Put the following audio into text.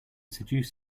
seduce